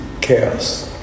chaos